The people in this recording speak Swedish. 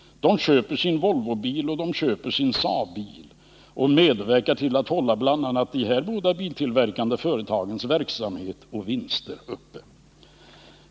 De köper sin Volvobil och sin Saabbil och medverkar till att hålla bl.a. dessa båda biltillverkande företags verksamhet och vinster uppe.